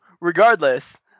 regardless